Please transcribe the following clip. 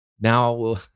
now